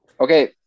Okay